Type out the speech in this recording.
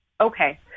Okay